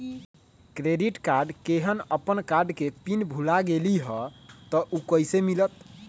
Credit card केहन अपन card के पिन भुला गेलि ह त उ कईसे मिलत?